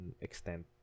extent